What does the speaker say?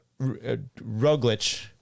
Roglic